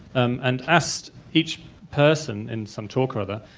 um and asked each person in some talk or rather,